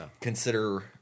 Consider